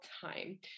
time